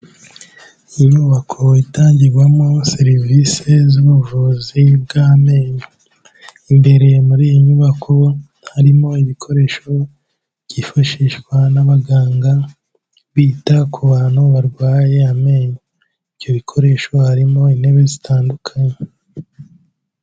Inyubako itangirwamo serivisi z'ubuvuzi bw'amenyo. Imbere muri iy'inyubako, harimo ibikoresho byifashishwa n'abaganga, bita ku bantu barwaye amenyo. Ibyo bikoresho harimo intebe zitandukanye.